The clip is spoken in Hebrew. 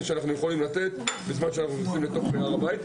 שאנחנו יכולים לתת בזמן שאנחנו נכנסים לתוך הר הבית.